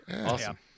Awesome